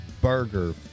Burger